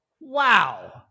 wow